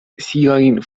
siajn